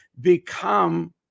become